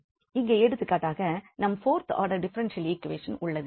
இங்கே எடுத்துக்காட்டாக இந்த போர்த் ஆர்டர் டிஃபரென்ஷியல் ஈக்வேஷன் உள்ளது